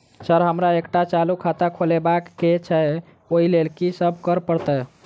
Sir हमरा एकटा चालू खाता खोलबाबह केँ छै ओई लेल की सब करऽ परतै?